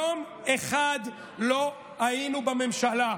יום אחד לא היינו בממשלה.